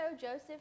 Joseph